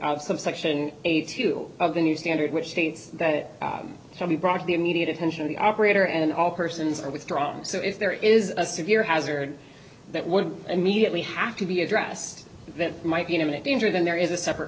some section eight two of the new standard which states that it should be brought to the immediate attention of the operator and all persons are withdrawn so if there is a severe hazard that would immediately have to be addressed that might be in imminent danger then there is a separate